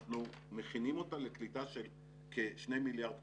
אנחנו מכינים אותה לקליטה של כשני מיליארד קוב,